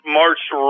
marched